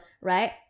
right